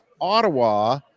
ottawa